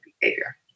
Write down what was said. behavior